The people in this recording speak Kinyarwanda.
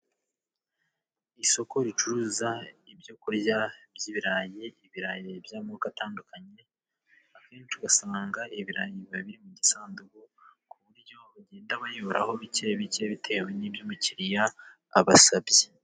Isoko ricuruza ibyo kurya by'ibirayi .Ibirayi by'amoko atandukanye. Akenshi usanga ibirayi biba biri mu isanduku .Ku buryo bagenda bayoraho bike bike .Bitewe n'ibyo umukiriya abasabye.